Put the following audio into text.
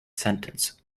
sentence